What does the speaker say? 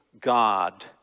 God